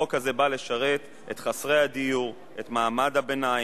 החוק הזה בא לשרת את חסרי הדיור, את מעמד הביניים.